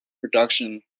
Production